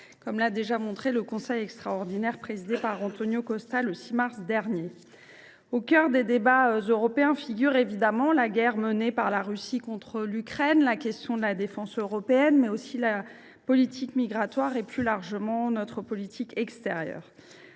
comme l’a déjà montré le Conseil européen extraordinaire présidé par Antonio Costa le 6 mars dernier. Au cœur des débats européens figurent évidemment la guerre menée par la Russie contre l’Ukraine et la question de la défense européenne, mais aussi la politique migratoire et, plus largement, notre politique extérieure.